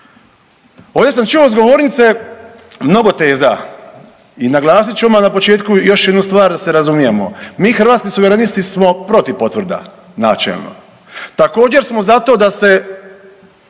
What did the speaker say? Ovdje sam čuo s govornice mnogo teza i naglasit ću odmah na početku još jednu stvar da se razumijemo. Mi Hrvatski suverenisti smo protiv potvrda načelno. Također smo za to da se